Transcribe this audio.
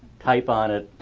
type on it.